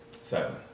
Seven